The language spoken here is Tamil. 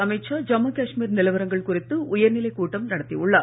அமித் ஷா ஜம்மு காஷ்மீர் நிலவரங்கள் குறித்து உயர்நிலைக் கூட்டம் நடத்தியுள்ளார்